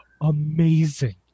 amazing